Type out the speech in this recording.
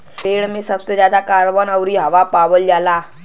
पेड़न में सबसे जादा कार्बन आउर हवा पावल जाला